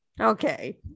Okay